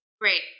Great